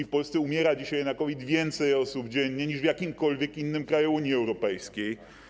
W Polsce umiera dzisiaj na COVID więcej osób dziennie niż w jakimkolwiek innym kraju Unii Europejskiej.